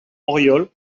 auriol